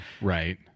Right